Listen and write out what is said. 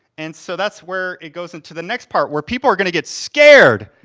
and so that's where it goes into the next part, where people are gonna get scared.